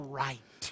right